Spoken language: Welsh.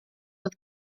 oedd